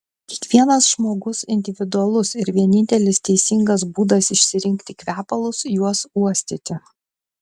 kiekvienas žmogus individualus ir vienintelis teisingas būdas išsirinkti kvepalus juos uostyti